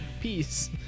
peace